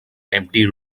empty